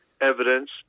evidence